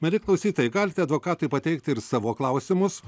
mieli klausytojai galite advokatui pateikti ir savo klausimus